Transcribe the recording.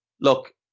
Look